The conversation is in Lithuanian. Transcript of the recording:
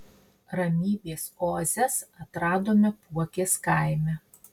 ramybės oazes atradome puokės kaime